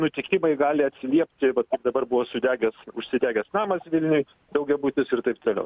nutikimai gali atsiliepti vat kaip dabar buvo sudegęs užsidegęs namas vilniuj daugiabutis ir taip toliau taip